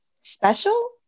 special